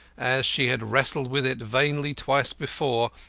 as she had wrestled with it vainly twice before,